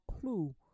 clue